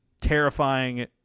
terrifying